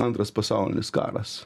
antras pasaulinis karas